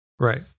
right